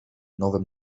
nowym